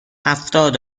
هفتاد